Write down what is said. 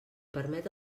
permet